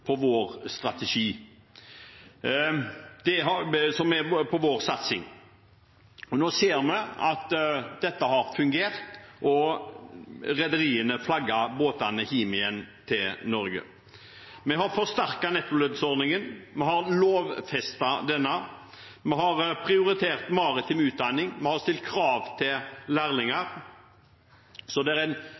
vår satsing. Nå ser vi at dette har fungert, og rederiene flagger båtene hjem igjen til Norge. Vi har forsterket nettolønnsordningen, vi har lovfestet den, vi har prioritert maritim utdanning, og vi har stilt krav til lærlinger, så det er en